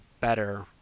better